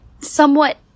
somewhat